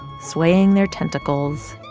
swaying their tentacles,